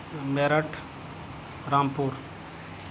Meerut Rampur